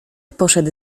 poszedł